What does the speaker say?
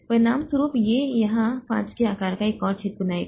परिणामस्वरूप यह यहां 5 K आकार का एक और छेद बनाएगा